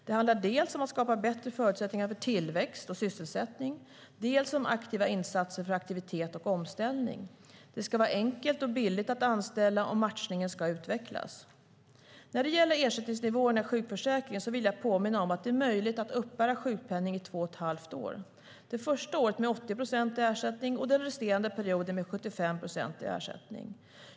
Det handlar dels om att skapa bättre förutsättningar för tillväxt och sysselsättning, dels om aktiva insatser för aktivitet och omställning. Det ska vara enkelt och billigt att anställa, och matchningen ska utvecklas. När det gäller ersättningsnivåerna i sjukförsäkringen vill jag påminna om att det är möjligt att uppbära sjukpenning i 2,5 år - det första året med 80 procent i ersättning och den resterande perioden med 75 procent i ersättning.